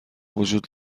وجود